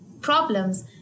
problems